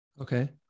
Okay